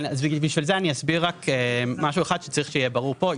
בשביל זה אני אסביר משהו אחד שצריך שיהיה ברור פה.